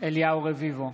אליהו רביבו,